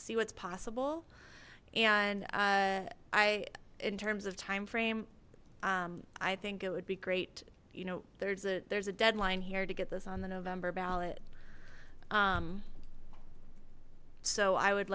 see what's possible and i in terms of time frame i think it would be great you know there's a there's a deadline here to get this on the november ballot so i would